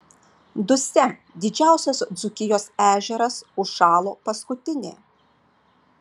dusia didžiausias dzūkijos ežeras užšalo paskutinė